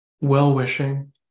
well-wishing